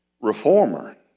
reformer